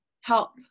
help